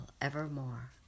evermore